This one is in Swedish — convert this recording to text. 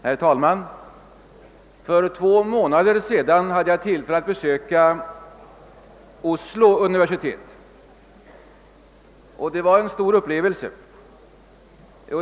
Herr talman! För två månader sedan hade jag tillfälle att besöka Oslo universitet. Det var en stor upplevelse.